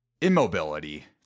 immobility